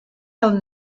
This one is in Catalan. del